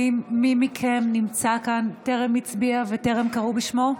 האם מי מכם נמצא כאן וטרם הצביע או טרם קראו בשמו?